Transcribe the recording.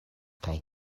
kaj